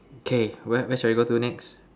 okay where where shall we go to next